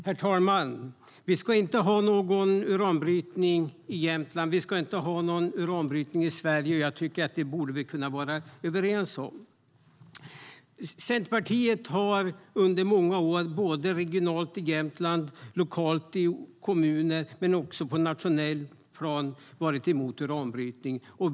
Herr talman! Vi ska inte ha någon uranbrytning i Jämtland. Vi ska inte ha någon uranbrytning i Sverige. Det borde vi kunna vara överens om. Centerpartiet har under många år regionalt i Jämtland, lokalt i kommuner och på ett nationellt plan varit emot uranbrytning.